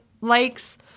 likes